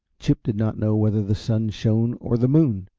chip did not know whether the sun shone or the moon,